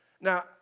Now